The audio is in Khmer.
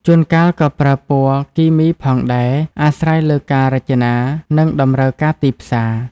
ជួនកាលក៏ប្រើពណ៌គីមីផងដែរ អាស្រ័យលើការរចនា និងតម្រូវការទីផ្សារ។